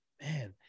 man